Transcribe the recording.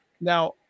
Now